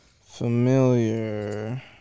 familiar